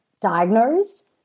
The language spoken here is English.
diagnosed